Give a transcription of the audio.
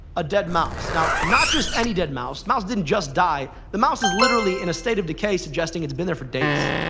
a dead mouse. now, not just any dead mouse. the mouse didn't just die. the mouse is literally in a state of decay, suggesting it's been there for days.